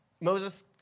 Moses